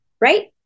right